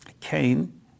Cain